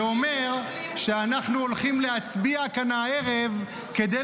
ואומר שאנחנו הולכים להצביע כאן הערב כדי